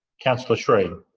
councillor sri